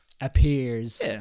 appears